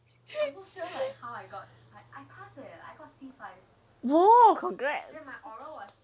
oh not bad